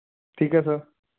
ਠੀਕ ਐ ਸਰ